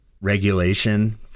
regulation